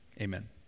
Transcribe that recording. Amen